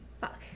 Fuck